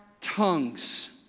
tongues